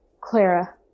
Clara